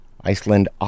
Iceland